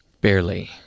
Barely